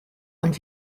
und